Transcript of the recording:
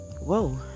Whoa